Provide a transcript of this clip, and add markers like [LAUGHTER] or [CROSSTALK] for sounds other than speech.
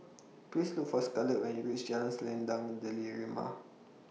Please Look For Scarlet when YOU REACH Jalan Selendang [UNINTELLIGIBLE]